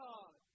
God